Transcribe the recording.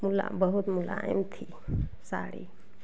मोला बहुत मुलायम थी साड़ी